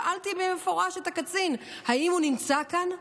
שאלתי במפורש את הקצין אם הוא נמצא כאן,